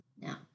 Now